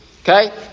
okay